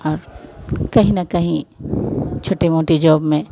और कहीं न कहीं छोटी मोटी जॉब में